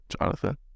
Jonathan